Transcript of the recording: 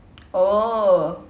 oh